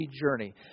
journey